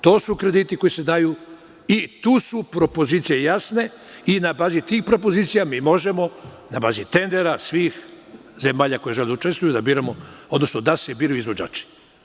To su krediti koji se daju i tu su propozicije jasne i na bazi tih propozicija mi možemo, na bazi tendera svih zemalja koje žele da učestvuju, da biramo, odnosno da se biraju izvođači.